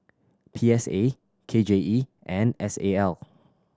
P S A K J E and S A L